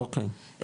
אוקי.